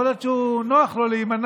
יכול להיות שנוח לו להימנע